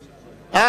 אה,